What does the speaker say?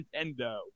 Nintendo